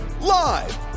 live